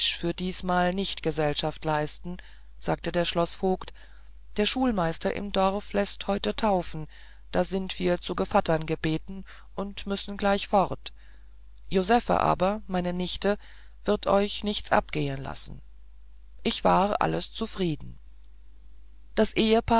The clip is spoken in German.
für diesmal nicht gesellschaft leisten sagte der schloßvogt der schulmeister im dorf läßt heute taufen da sind wir zu gevatter gebeten und müssen gleich fort josephe aber meine nichte wird euch nichts abgehen lassen ich war alles zufrieden das